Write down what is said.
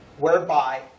whereby